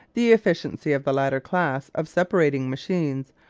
the efficiency of the latter class of separating machines,